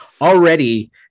already